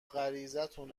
غریزتون